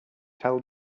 tell